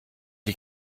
die